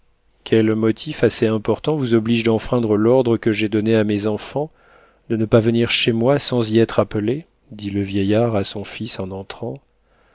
quel motif assez important vous oblige d'enfreindre l'ordre que j'ai donné à mes enfants de ne pas venir chez moi sans y être appelés dit le vieillard à son fils en entrant